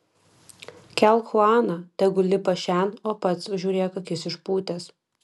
kelk chuaną tegu lipa šen o pats žiūrėk akis išpūtęs